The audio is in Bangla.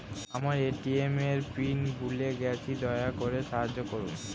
আমার এ.টি.এম এর পিন ভুলে গেছি, দয়া করে সাহায্য করুন